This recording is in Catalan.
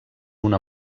una